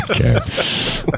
Okay